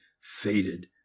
faded